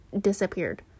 disappeared